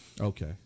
Okay